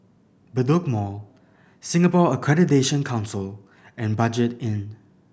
Bedok Mall Singapore Accreditation Council and Budget Inn